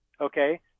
Okay